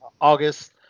August